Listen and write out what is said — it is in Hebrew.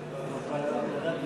אני קובע אם